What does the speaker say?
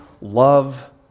love